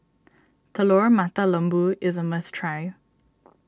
Telur Mata Lembu is a must try